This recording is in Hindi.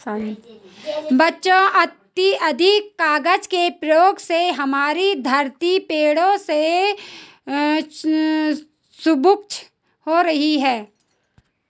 बच्चों अत्याधिक कागज के प्रयोग से हमारी धरती पेड़ों से क्षुब्ध हो रही है